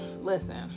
Listen